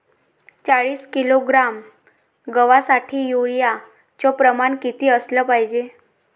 चाळीस किलोग्रॅम गवासाठी यूरिया च प्रमान किती असलं पायजे?